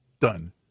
done